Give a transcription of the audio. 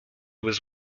was